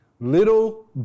little